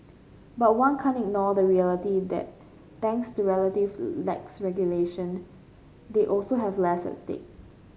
but one can't ignore the reality that thanks to relative lax regulation they also have less at stake